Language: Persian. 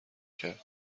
کرد